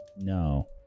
No